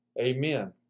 Amen